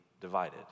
divided